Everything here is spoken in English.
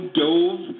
dove